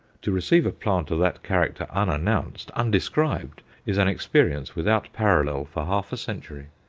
to receive a plant of that character unannounced, undescribed, is an experience without parallel for half a century.